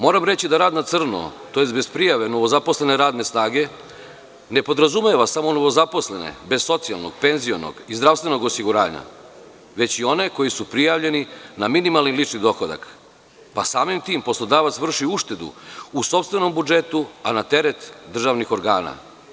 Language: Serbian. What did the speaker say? Moram reći da rad na crno, tj. bez prijave novozaposlene radne snage, ne podrazumeva samo novozaposlene bez socijalnog, penzionog i zdravstvenog osiguranja, već i one koji su prijavljeni na minimalni lični dohodak, pa samim tim poslodavac vrši uštedu u sopstvenom budžetu, a na teret državnih organa.